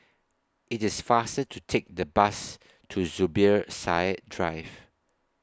IT IS faster to Take The Bus to Zubir Said Drive